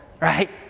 right